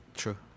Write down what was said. true